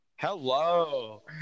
Hello